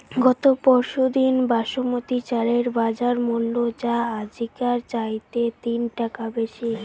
গত পরশুদিন বাসমতি চালের বাজারমূল্য যা আজিকের চাইয়ত তিন টাকা বেশি